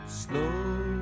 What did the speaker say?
slow